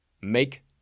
Make